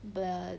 but ya